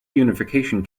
unification